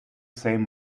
same